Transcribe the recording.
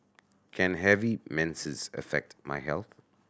can heavy menses affect my health